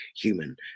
human